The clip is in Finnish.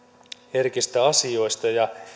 herkistä asioista ja